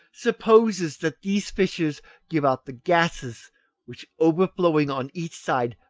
supposes that these fissures give out the gases which, overflowing on each side,